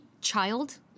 child